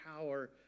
power